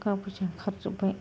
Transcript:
थाखा फैसा खारजोब्बाय